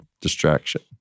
distraction